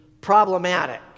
problematic